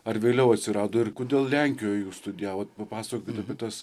ar vėliau atsirado ir kodėl lenkijoj jūs studijavot papasakokit apie tas